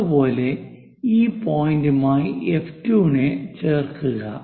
അതുപോലെ ആ പോയിന്റുമായി F2 നെ ചേർക്കുക